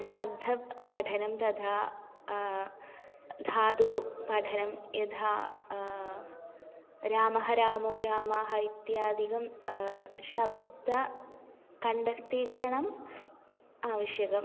शब्दपठनं तथा धातुपठनं यथा रामः रामौ रामाः इत्यादिकं शब्दः कण्ठस्थीकरणम् आवश्यकम्